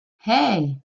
hey